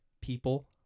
people